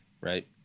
right